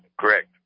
Correct